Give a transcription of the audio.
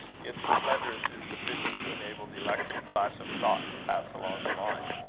yet the slenderest is sufficient to enable the electric flash of thought to pass along the line.